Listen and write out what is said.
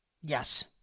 Yes